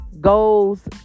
goals